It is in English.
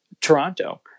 Toronto